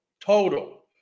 Total